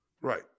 Right